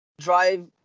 drive